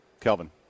Kelvin